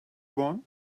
one